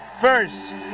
first